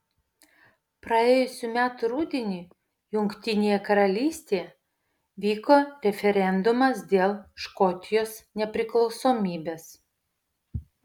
praėjusių metų rudenį jungtinėje karalystėje vyko referendumas dėl škotijos nepriklausomybės